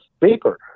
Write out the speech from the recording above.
paper